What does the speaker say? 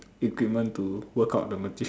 equipment to work out the material